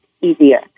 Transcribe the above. easier